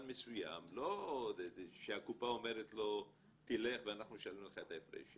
מסוים לא שהקופה אומרת לו תלך ואנחנו נשלם לך את ההפרש,